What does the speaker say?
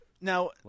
Now